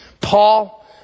Paul